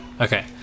Okay